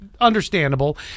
Understandable